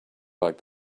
like